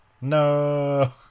No